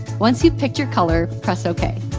once you've picked your color, press okay.